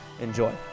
enjoy